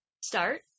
start